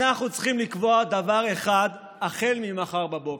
אנחנו צריכים לקבוע דבר אחד החל ממחר בבוקר: